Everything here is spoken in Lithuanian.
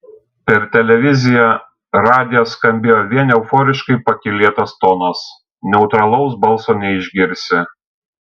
per televiziją radiją skambėjo vien euforiškai pakylėtas tonas neutralaus balso neišgirsi